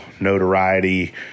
notoriety